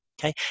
okay